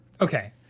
okay